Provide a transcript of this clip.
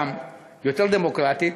יותר סולידרית וגם יותר דמוקרטית,